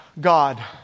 God